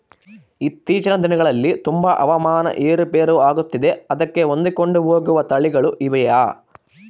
ಇತ್ತೇಚಿನ ದಿನಗಳಲ್ಲಿ ತುಂಬಾ ಹವಾಮಾನ ಏರು ಪೇರು ಆಗುತ್ತಿದೆ ಅದಕ್ಕೆ ಹೊಂದಿಕೊಂಡು ಹೋಗುವ ತಳಿಗಳು ಇವೆಯಾ?